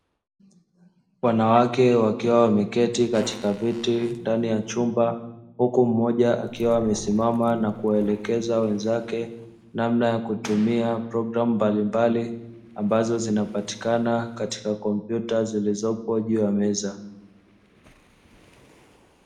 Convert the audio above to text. Wanawake wakiwa wameketi katika vitu ndani ya chumba, huku mmoja amesimama na kuelekeza wenzake namna ya kutumia programu mbalimbali, ambazo zinapatikana katika kompyuta zilizopo juu ya meza.